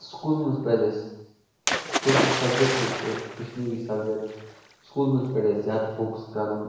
سکوٗلن منٛز پزِ اَسہِ خۄصوٗسی سِبجکٹ چھِ کَشمیٖری سَبجیکٹ سکوٗلَن منٛز پَزِ اَسہِ زیادٕ فوکَس کَرُن